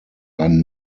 ein